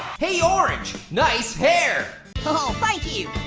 hey orange, nice hair. oh, thank you.